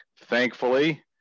thankfully